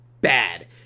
bad